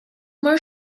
more